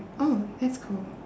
oh that's cool